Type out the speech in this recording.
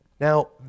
Now